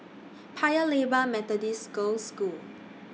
Paya Lebar Methodist Girls' School